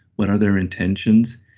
what are their intentions?